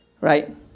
right